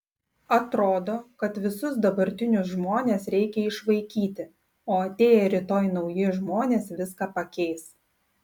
atrodo kad visus dabartinius žmones reikia išvaikyti o atėję rytoj nauji žmonės viską pakeis